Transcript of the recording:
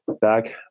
back